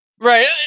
Right